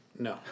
No